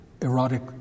erotic